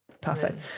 Perfect